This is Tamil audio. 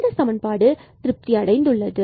இந்த சமன்பாடு திருப்தி அடைந்துள்ளது